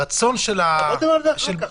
נדבר על זה אחר כך.